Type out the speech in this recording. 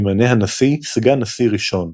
ממנה הנשיא "סגן נשיא ראשון"